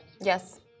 Yes